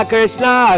Krishna